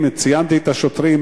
אם ציינתי את השוטרים,